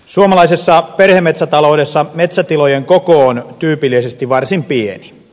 suomalaisessa perhemetsätaloudessa metsätilojen koko on tyypillisesti varsin pieni